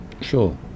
Sure